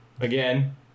Again